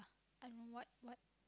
I don't know what what